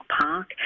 Park